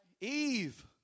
Eve